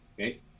okay